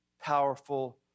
powerful